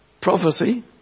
prophecy